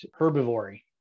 herbivory